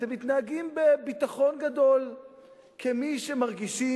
אתם מתנהגים בביטחון גדול כמי שמרגישים